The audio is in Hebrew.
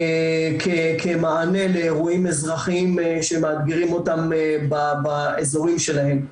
כמענה לאירועים אזרחיים שמאתגרים אותם באזורים שלהם,